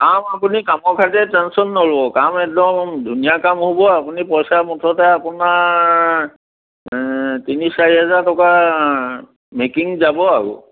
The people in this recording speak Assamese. কাম আপুনি কামৰ কাৰণে টেনচন নল'ব কাম একদম ধুনীয়া কাম হ'ব আপুনি পইচা মুঠতে আপোনাৰ তিনি চাৰি হাজাৰ টকা মেকিং যাব আৰু